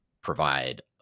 provide